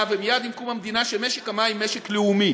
ומייד עם קום המדינה שמשק המים הוא משק לאומי,